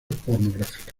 pornográfica